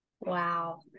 Wow